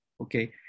okay